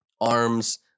arms